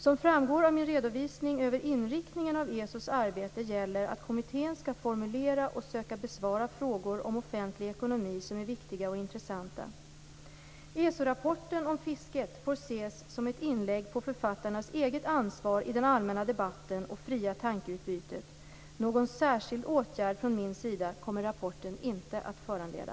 Som framgår av min redovisning över inriktningen av ESO:s arbete gäller att kommittén skall formulera och söka besvara frågor om offentlig ekonomi som är viktiga och intressanta. ESO-rapporten om fisket får ses som ett inlägg på författarnas eget ansvar i den allmänna debatten och det fria tankeutbytet. Någon särskild åtgärd från min sida kommer rapporten inte att föranleda.